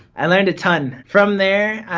i learned a ton. from there